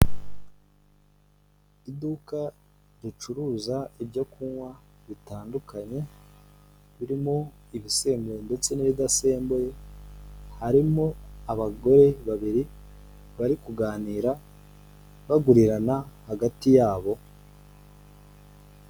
Iduka ricuruza ibyo kunywa bitandukanye birimo ibisembuye ndetse n'ibidasembuye harimo abagore babiri bari kuganira bagurirana hagati yabo.